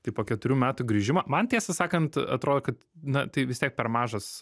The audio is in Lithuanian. tai po keturių metų grįžimą man tiesą sakant atrodo kad na tai vis tiek per mažas